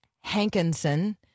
Hankinson